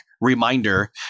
reminder